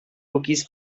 cookies